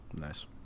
nice